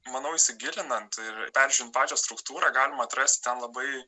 manau įsigilinant ir peržiūrint pačią struktūrą galima atrasti ten labai